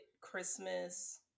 Christmas